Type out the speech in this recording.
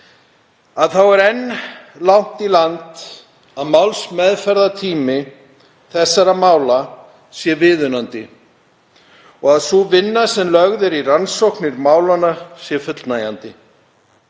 er enn langt í land að málsmeðferðartími þessara mála sé viðunandi og að sú vinna sem lögð er í rannsóknir málanna sé fullnægjandi.